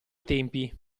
tempi